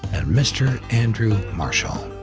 and mr. andrew marshall.